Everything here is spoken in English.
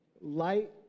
light